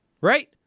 right